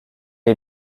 est